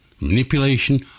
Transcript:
manipulation